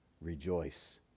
Rejoice